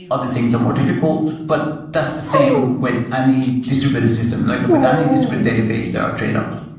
other things are more difficult. but that's the same with any distributed system. like and with any distributed database, there are tradeoffs.